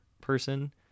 person